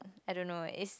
I don't know it's